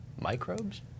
microbes